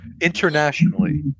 internationally